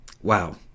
wow